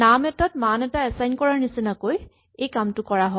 নাম এটাত মান এটা এচাইন কৰাৰ নিচিনাকৈ এই কামটো কৰা হয়